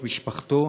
את משפחתו